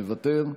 מוותר,